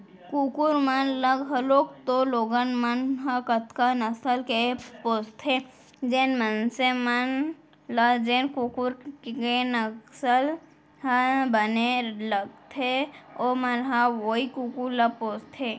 कुकुर मन ल घलौक तो लोगन मन ह कतका नसल के पोसथें, जेन मनसे मन ल जेन कुकुर के नसल ह बने लगथे ओमन ह वोई कुकुर ल पोसथें